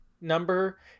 number